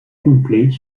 complet